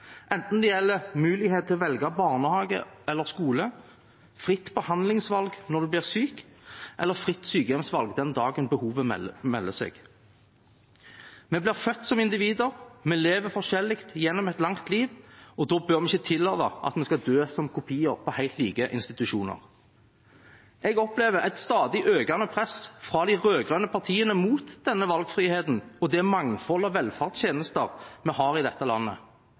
enten det gjelder muligheten til å velge barnehage eller skole, fritt behandlingsvalg når en bli syk, eller fritt sykehjemsvalg den dagen behovet melder seg. Vi blir født som individer, vi lever forskjellig gjennom et langt liv, og da bør vi ikke tillate at vi skal dø som kopier på helt like institusjoner. Jeg opplever et stadig økende press fra de rød-grønne partiene mot denne valgfriheten og det mangfoldet av velferdstjenester vi har i dette landet.